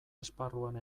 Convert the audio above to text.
esparruan